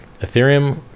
Ethereum